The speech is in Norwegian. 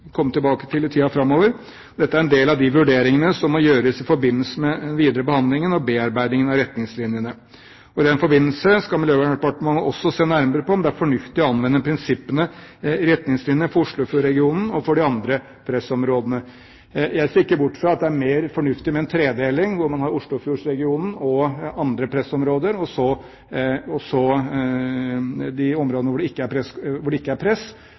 komme tilbake til i tiden framover. Dette er en del av de vurderingene som må gjøres i forbindelse med den videre behandlingen og bearbeidingen av retningslinjene. I den forbindelse skal Miljøverndepartementet også se nærmere på om det er fornuftig å anvende prinsippene i retningslinjene for Oslofjordregionen og for de andre pressområdene. Jeg ser ikke bort fra at det er mer fornuftig med en tredeling, hvor man har Oslofjordregionen og andre pressområder – og så de områdene hvor det ikke er press. Men under enhver omstendighet må man ivareta at det innenfor kommuner ikke er